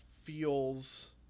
feels